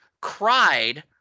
cried